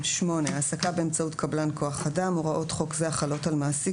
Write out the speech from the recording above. העסקה באמצעות קבלן כוח אדם 8. הוראות חוק זה החלות על מעסיק